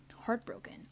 heartbroken